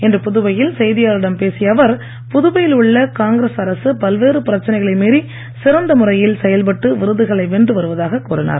இன்று புதுவையில் செய்தியாளர்களிடம் பேசிய அவர் புதுவையில் உள்ள காங்கிரஸ் அரசு பல்வேறு பிரச்சனைகளை மீறி சிறந்த முறையில் செயல்பட்டு விருதுகளை வென்று வருவதாக கூறினார்